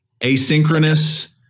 asynchronous